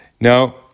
Now